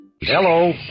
Hello